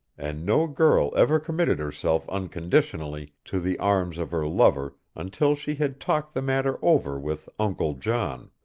and no girl ever committed herself unconditionally to the arms of her lover until she had talked the matter over with uncle john.